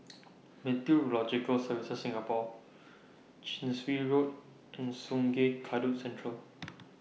Meteorological Services Singapore Chin Swee Road and Sungei Kadut Central